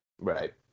right